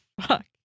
fuck